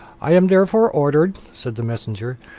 i am therefore ordered, said the messenger,